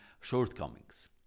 shortcomings